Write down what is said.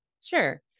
Sure